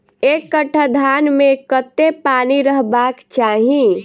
एक कट्ठा धान मे कत्ते पानि रहबाक चाहि?